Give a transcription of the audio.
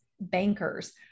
bankers